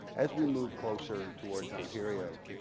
as we moved closer towards ontario,